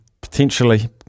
potentially